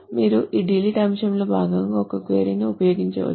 మీరు ఈ డిలిట్ అంశంలో భాగంగా ఒక క్వరీ ను ఉపయోగించవచ్చు